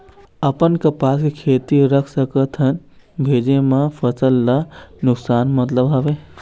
अपन कपास के खेती रख सकत हन भेजे मा फसल ला नुकसान मतलब हावे?